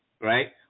right